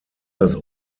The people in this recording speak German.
das